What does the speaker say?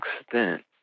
extent